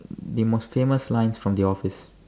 the most famous lines from the office